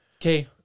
Okay